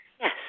Yes